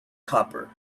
copper